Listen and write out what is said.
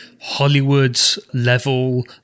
Hollywood-level